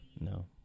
No